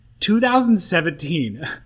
2017